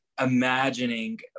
imagining